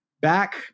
back